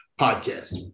podcast